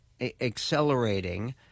accelerating